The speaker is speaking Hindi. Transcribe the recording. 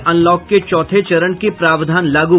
अनलॉक के चौथे चरण के प्रावधान लागू